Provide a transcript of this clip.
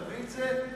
תביא את זה,